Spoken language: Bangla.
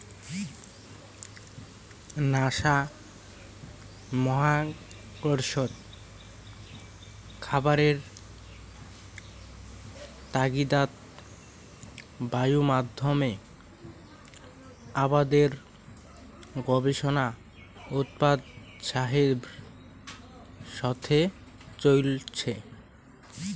নাসা মহাকর্ষত খাবারের তাগিদাত বায়ুমাধ্যম আবাদের গবেষণা উৎসাহের সথে চইলচে